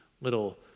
little